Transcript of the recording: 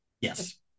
Yes